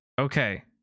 Okay